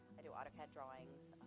i do autocad drawings,